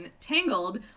Tangled